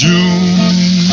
June